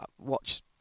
watch